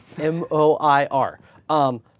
M-O-I-R